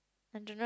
i dunno eh